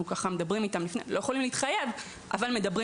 אנחנו לא יכולים להתחייב לזה אבל אנחנו כן מדברים